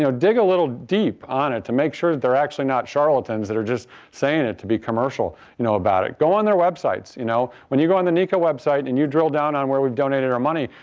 you know dig a little deep on it to make sure they're actually not charlatans that are just saying it to be commercial you know about it. go on to their websites. you know when you go on the nika website and you drill down on where we've donated our money,